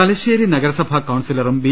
തലശേരി നഗരസഭ കൌൺസിലറും ബി